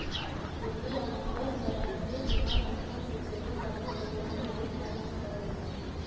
दिल्ली आऽ मुंबई अंतरराष्ट्रीय विमानस्थल से सेहो कार्गो परिवहन ढेरेक मात्रा में कएल जाइ छइ